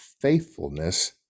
faithfulness